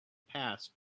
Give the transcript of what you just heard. pass